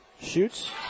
Shoots